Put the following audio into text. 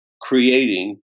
creating